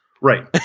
Right